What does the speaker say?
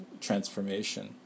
transformation